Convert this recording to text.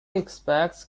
expects